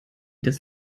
das